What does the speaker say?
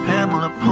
Pamela